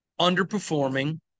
underperforming